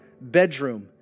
bedroom